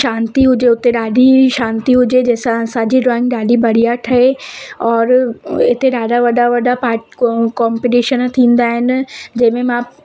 शांती हुजे उते ॾाढी ई शांती हुजे जंहिंसां असांजी ड्रॉइंग बढ़िया ठहे और इते ॾाढा वॾा वॾा पार्ट कॉम्पिटीशन थींदा आहिनि जंहिंमें मां